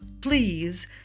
please